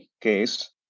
case